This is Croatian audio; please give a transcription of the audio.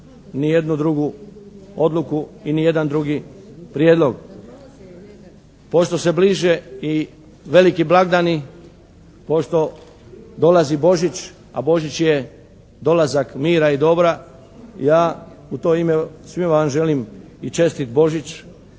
ni jednu drugu odluku i ni jedan drugi prijedlog. Pošto se bliže i veliki blagdani, pošto dolazi Božić, a Božić je dolazak mira i dobra ja u to ime svima vam želim i čestit Božić,